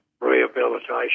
Rehabilitation